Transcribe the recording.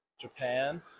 Japan